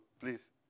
please